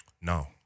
No